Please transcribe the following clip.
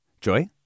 Joy